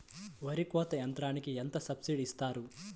వరి కోత యంత్రంకి ఎంత సబ్సిడీ ఇస్తారు?